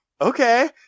okay